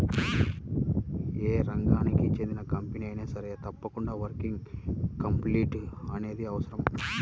యే రంగానికి చెందిన కంపెనీ అయినా సరే తప్పకుండా వర్కింగ్ క్యాపిటల్ అనేది అవసరం